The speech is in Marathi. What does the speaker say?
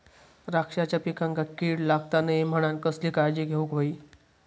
द्राक्षांच्या पिकांक कीड लागता नये म्हणान कसली काळजी घेऊक होई?